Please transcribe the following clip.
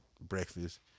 Breakfast